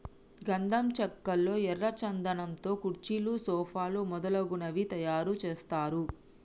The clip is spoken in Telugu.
గంధం చెక్కల్లో ఎర్ర చందనం తో కుర్చీలు సోఫాలు మొదలగునవి తయారు చేస్తారు